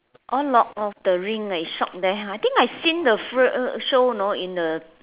oh lord of the rings ah is shot there ha I think I seen the film show you know in the